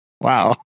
wow